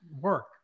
work